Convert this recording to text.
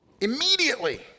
Immediately